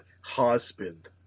Husband